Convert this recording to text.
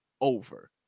over